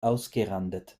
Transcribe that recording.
ausgerandet